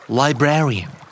librarian